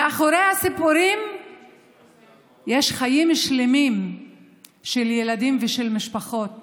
מאחורי הסיפורים יש חיים שלמים של ילדים ושל משפחות